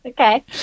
Okay